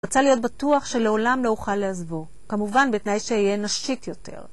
רצה להיות בטוח שלעולם לא אוכל לעזבו, כמובן בתנאי שאהיה נשית יותר.